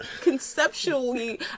conceptually